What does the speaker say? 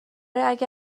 اگه